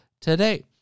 today